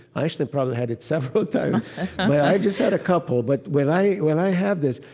i actually probably had it several times but i just had a couple. but when i when i have this,